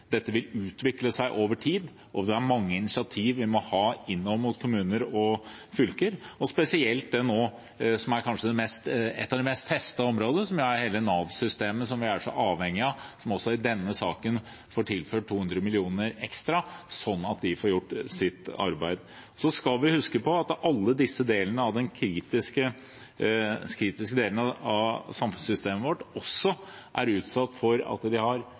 dette vil utvikle seg over tid. Det er mange initiativ vi må ta overfor kommuner og fylker, spesielt overfor det som kanskje er det mest testede området, hele Nav-systemet, som vi er så avhengige av, og som i denne saken får tilført 200 mill. kr ekstra, slik at de får gjort sitt arbeid. Vi skal huske på at de kritiske delene av samfunnssystemet vårt også er utsatt, for de har både syke og mange som er i karantene, så det er en ekstremt vanskelig situasjon de